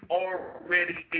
already